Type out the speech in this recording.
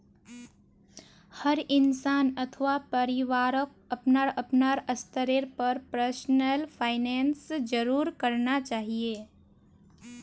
हर इंसान अथवा परिवारक अपनार अपनार स्तरेर पर पर्सनल फाइनैन्स जरूर करना चाहिए